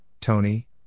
Tony